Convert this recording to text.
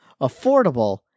affordable